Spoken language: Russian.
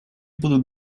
будут